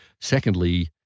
Secondly